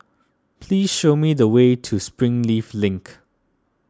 please show me the way to Springleaf Link